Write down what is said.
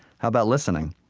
how about listening?